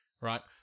Right